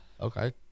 Okay